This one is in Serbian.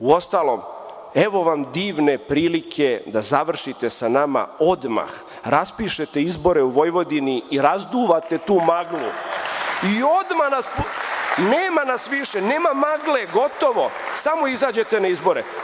Uostalom, evo vam divne prilike da završite sa nama odmah – raspišete izbore u Vojvodini i razduvate tu maglu i nema nas više, nema magle, gotovo, samo izađete na izbore.